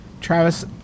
Travis